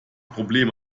problem